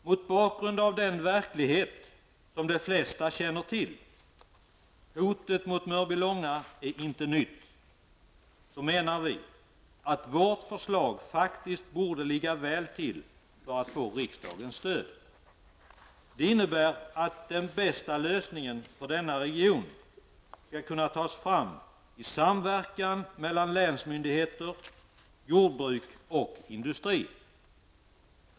Mot bakgrund av den verklighet som de flesta känner till -- hotet mot Mörbylånga är inte nytt -- menar vi att vårt förslag faktiskt borde ligga väl till för att få riksdagens stöd. Det innebär att den bästa lösningen för denna region skall tas fram i samverkan mellan myndigheter, jordbruk och industri.